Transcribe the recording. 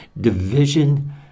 division